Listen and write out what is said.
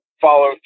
follow